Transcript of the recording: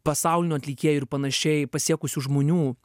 pasaulinių atlikėjų ir panašiai pasiekusių žmonių